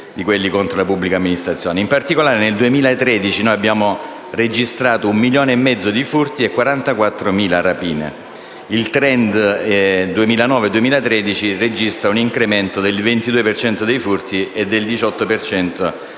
In particolare nel 2013 abbiamo registrato un milione e mezzo di furti e 44.000 rapine; il *trend* 2009-2013 registra un incremento del 22 per cento dei furti